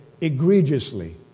egregiously